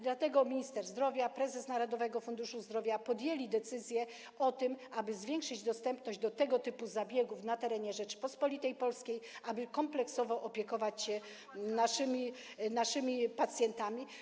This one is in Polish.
Dlatego minister zdrowia i prezes Narodowego Funduszu Zdrowia podjęli decyzję o tym, aby zwiększyć dostępność tego typu zabiegów na terenie Rzeczypospolitej Polskiej, aby kompleksowo opiekować się naszymi pacjentami.